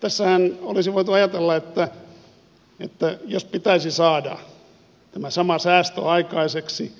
tässähän olisi voitu ajatella että jos pitäisi saada tämä sama säästö aikaiseksi